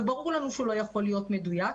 וברור לנו שהוא לא יכול להיות מדויק.